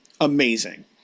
amazing